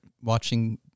watching